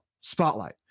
spotlight